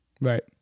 Right